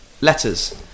Letters